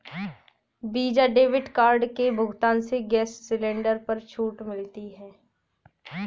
visa debit card के भुगतान से गैस सिलेंडर पर छूट मिलती है